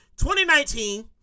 2019